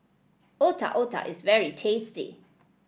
Otak Otak is very tasty